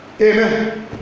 Amen